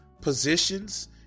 positions